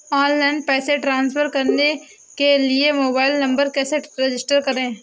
Online पैसे transfer करने के लिए मोबाइल नंबर कैसे रजिस्टर करें?